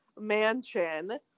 mansion